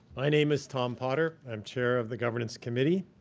my name is tom potter. i'm chair of the governance committee